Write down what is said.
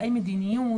קובעי מדיניות,